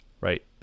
right